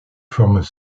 formes